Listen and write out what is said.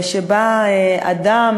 שבה אדם,